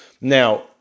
Now